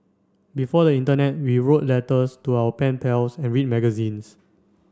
before the internet we wrote letters to our pen pals and read magazines